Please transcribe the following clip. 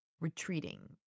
retreating